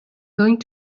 going